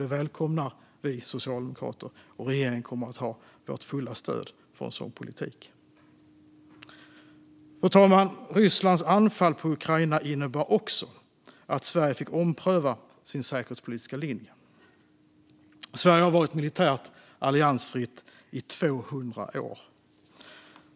Det välkomnar vi socialdemokrater, och regeringen kommer att ha vårt fulla stöd för en sådan politik. Fru talman! Rysslands anfall på Ukraina innebar också att Sverige fick ompröva sin säkerhetspolitiska linje. Sverige har varit militärt alliansfritt i 200 år.